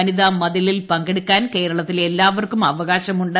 വനിതാമതിലിൽ പങ്കെടുക്കാൻ കേരളത്തിലെ എല്ലാവർക്കും അവകാശമുണ്ട്